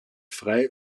frei